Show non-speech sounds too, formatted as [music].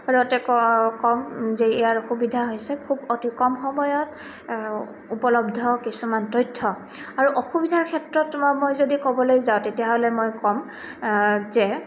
[unintelligible] ক ক'ম যে ইয়াৰ অসুবিধা হৈছে খুব অতি কম সময়ত উপলব্ধ কিছুমান তথ্য আৰু অসুবিধাৰ ক্ষেত্ৰত তোমাৰ মই যদি ক'বলৈ যাওঁ তেতিয়াহ'লে মই ক'ম যে